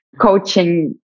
coaching